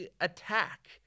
attack